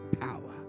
power